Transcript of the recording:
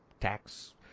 tax